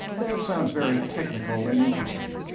that sounds very technical and interesting.